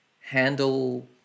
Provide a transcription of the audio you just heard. handle